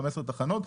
15 תחנות,